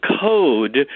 code